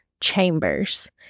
Chambers